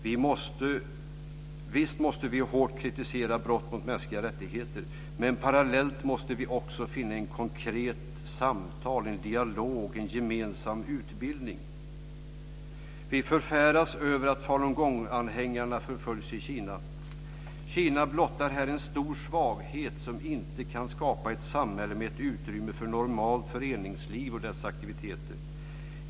Visst måste vi hårt kritisera brott mot mänskliga rättigheter, men parallellt måste vi också finna konkreta samtal, en dialog och gemensam utbildning. Vi förfäras över att falungonganhängare förföljs i Kina. Kina blottar här en stor svaghet, när man inte kan skapa ett samhälle med utrymme för ett normalt föreningsliv och dess aktiviteter.